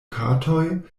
katoj